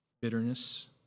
bitterness